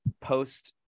post